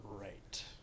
right